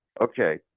okay